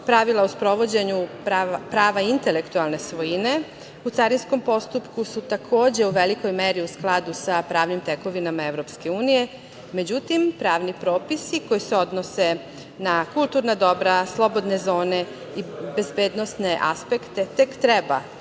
o sprovođenju prava intelektualne svojine u carinskom postupku su takođe u velikoj meri u skladu sa pravnim tekovinama EU, međutim, pravni propisi koji se odnose na kulturna dobra, slobodne zone i bezbednosne aspekte tek treba